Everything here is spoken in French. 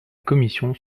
commission